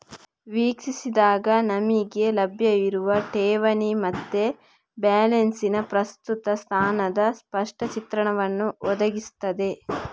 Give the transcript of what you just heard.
ವೀಕ್ಷಿಸಿದಾಗ ನಮಿಗೆ ಲಭ್ಯ ಇರುವ ಠೇವಣಿ ಮತ್ತೆ ಬ್ಯಾಲೆನ್ಸಿನ ಪ್ರಸ್ತುತ ಸ್ಥಾನದ ಸ್ಪಷ್ಟ ಚಿತ್ರಣವನ್ನ ಒದಗಿಸ್ತದೆ